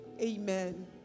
Amen